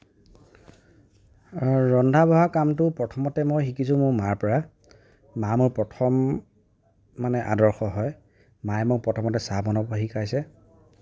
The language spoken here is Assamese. ৰন্ধা বঢ়া কামটো মই শিকিছিলোঁ মোৰ মাৰ পৰা মা মোৰ প্ৰথম মানে আদৰ্শ হয় মাই মোক প্ৰথমতে চাহ বনাব শিকাইছে